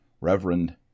reverend